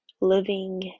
living